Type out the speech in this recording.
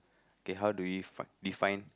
okay how do we fi~ define